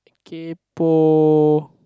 kaypoh